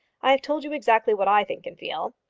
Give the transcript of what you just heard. i have told you exactly what i think and feel.